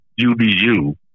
UBU